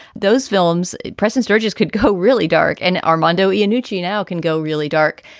those films. preston sturges could go really dark and armando iannucci now can go really dark.